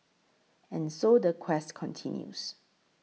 and so the quest continues